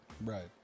right